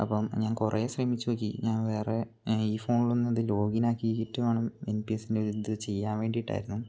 അപ്പം ഞാൻ കുറേ ശ്രമിച്ചു നോക്കി ഞാൻ വേറെ ഈ ഫോണിൽ ഒന്ന് ഇത് ലോഗിൻ ആക്കിയിട്ട് വേണം എൻ പി എസ്സിൻ്റെ ഇത് ചെയ്യാൻ വേണ്ടിയിട്ടായിരുന്നു